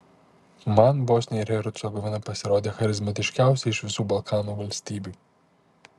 man bosnija ir hercegovina pasirodė charizmatiškiausia iš visų balkanų valstybių